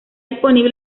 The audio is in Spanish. disponible